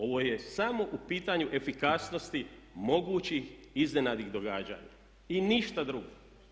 Ovo je samo u pitanju efikasnosti mogućih iznenadnih događanja i ništa drugo.